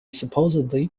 supposedly